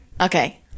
Okay